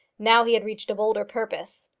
now he had reached a bolder purpose.